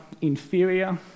inferior